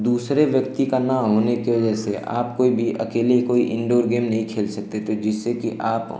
दूसरे व्यक्ति का न होने की वज़ह से आप कोई भी अकेले ही कोई इनडोर गेम नहीं खेल सकते तो जिससे कि आप